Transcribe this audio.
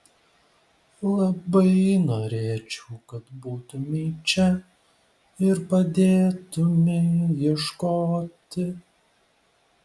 labai norėčiau kad būtumei čia ir padėtumei ieškoti